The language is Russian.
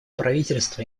правительства